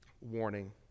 warning